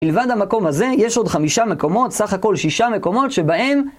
מלבד המקום הזה, יש עוד חמישה מקומות, סך הכול שישה מקומות שבהם...